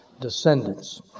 descendants